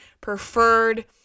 preferred